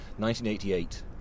1988